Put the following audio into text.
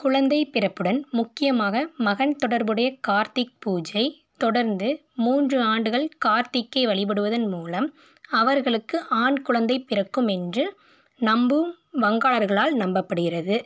குழந்தை பிறப்புடன் முக்கியமாக மகன் தொடர்புடைய கார்த்திக் பூஜை தொடர்ந்து மூன்று ஆண்டுகள் கார்த்திக்கை வழிபடுவதன் மூலம் அவர்களுக்கு ஆண் குழந்தை பிறக்கும் என்று நம்பும் வங்கார்களால் நம்பப்படுகிறது